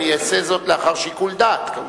אני אעשה זאת לאחר שיקול דעת, כמובן,